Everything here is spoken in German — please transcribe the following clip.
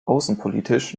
außenpolitisch